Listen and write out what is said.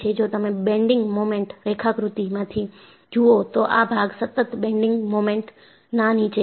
જો તમે bending moment રેખાકૃતિ માંથી જુઓ તો આ ભાગ સતત બેન્ડિંગ મોમેન્ટના નીચે છે